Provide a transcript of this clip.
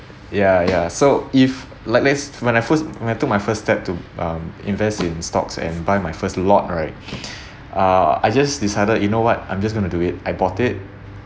ya ya so if like let's when I first when I took my first step to um invest in stocks and buy my first lot right uh I just decided you know what I'm just going to do it I bought it